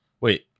Wait